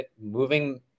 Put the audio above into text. moving